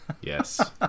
Yes